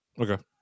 okay